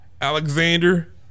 Alexander